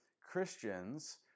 Christians